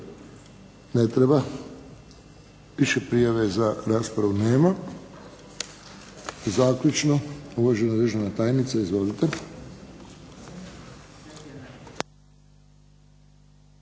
Hvala. Više prijave za raspravu nema. Zaključno, uvažena